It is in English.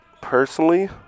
personally